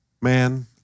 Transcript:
man